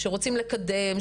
שרוצים לקדם,